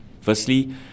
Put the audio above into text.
Firstly